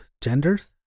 genders